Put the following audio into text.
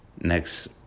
next